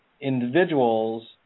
individuals